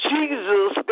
Jesus